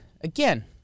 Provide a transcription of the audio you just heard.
Again